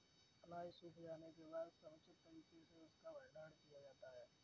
अनाज सूख जाने के बाद समुचित तरीके से उसका भंडारण किया जाता है